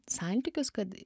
santykius kad